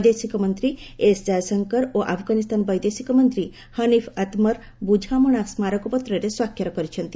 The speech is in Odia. ବୈଦେଶିକ ମନ୍ତ୍ରୀ ଏସ୍ ଜୟଶଙ୍କର ଓ ଆଫ୍ଗାନିସ୍ତାନ ବୈଦେଶିକ ମନ୍ତ୍ରୀ ହନିଫ୍ ଆତ୍ମର୍ ବୁଝାମଣା ସ୍କାରକପତ୍ରରେ ସ୍ୱାକ୍ଷର କରିଛନ୍ତି